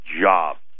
jobs